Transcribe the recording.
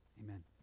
Amen